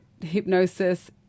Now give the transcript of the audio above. hypnosis